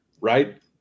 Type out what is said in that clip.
right